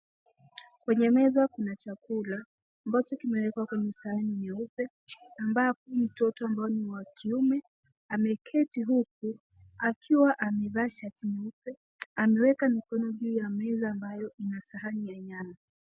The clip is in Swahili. Kwenye meza kuna chakula ambacho kimewekwa kwenye sahani nyeupe ambapo mtoto ambaye ni wa kiume ameketi huku akiwa amevaa shati mweupe. Ameweka mikono juu ya meza ambayo ina sahani ya nyama.